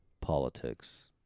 politics